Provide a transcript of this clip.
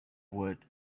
wood